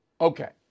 Okay